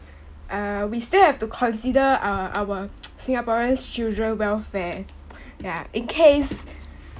err we still have to consider uh our singaporean's children welfare yeah in case